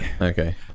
Okay